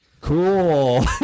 Cool